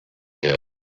pits